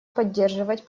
поддерживать